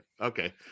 Okay